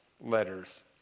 letters